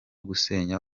gusenya